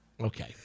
Okay